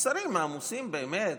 השרים העמוסים באמת.